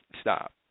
stop